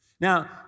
Now